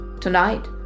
Tonight